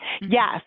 Yes